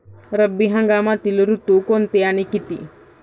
रब्बी हंगामातील ऋतू कोणते आणि किती?